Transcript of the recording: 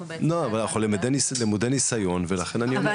לא, אבל היום אנחנו למודי ניסיון ולכן אני אומר.